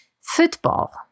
Football